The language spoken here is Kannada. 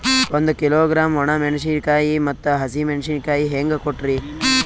ಒಂದ ಕಿಲೋಗ್ರಾಂ, ಒಣ ಮೇಣಶೀಕಾಯಿ ಮತ್ತ ಹಸಿ ಮೇಣಶೀಕಾಯಿ ಹೆಂಗ ಕೊಟ್ರಿ?